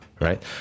right